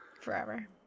forever